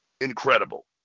incredible